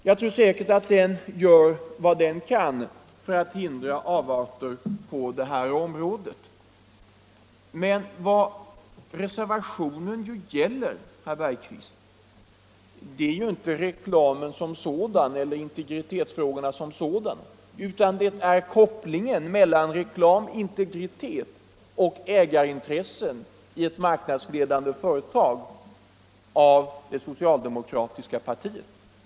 Jag tror att den gör vad den kan för att hindra avarter på detta område. Men vad reservationen gäller, herr Bergqvist, är inte reklamen som sådan eller integritetsfrågorna som sådana, utan det är kopplingen mellan reklam— integritet och det socialdemokratiska partiets ägarintressen i ett marknadsledande företag.